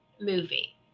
movie